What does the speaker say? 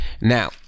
Now